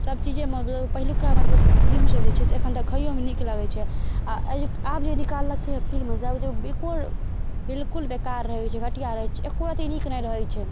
सबचीजेमे पहिलुका मतलब फिल्म सब जे छै एखन देखैयोमे नीक लगै छै आओर आब जे निकाललकै यऽ फिल्म सब जे बिल्कुल बिल्कुल बेकार रहै छै घटिया रहै छै एकोरती नीक नहि रहै छै